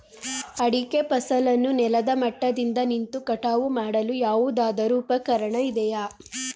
ಅಡಿಕೆ ಫಸಲನ್ನು ನೆಲದ ಮಟ್ಟದಿಂದ ನಿಂತು ಕಟಾವು ಮಾಡಲು ಯಾವುದಾದರು ಉಪಕರಣ ಇದೆಯಾ?